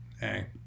hey